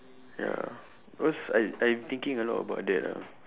ya cause I I thinking a lot about that lah